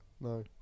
No